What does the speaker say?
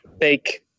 fake